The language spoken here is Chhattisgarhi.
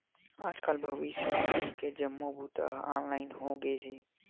आजकाल भविस्य निधि के जम्मो बूता ह ऑनलाईन होगे हे